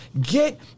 get